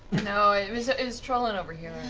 know, it was ah it was trolling over here.